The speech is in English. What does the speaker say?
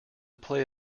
play